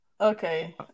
Okay